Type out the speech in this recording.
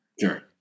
Sure